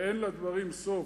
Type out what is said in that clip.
ואין לדברים סוף.